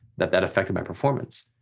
that that affected my performance.